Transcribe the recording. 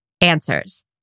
answers